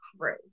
crew